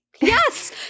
yes